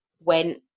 went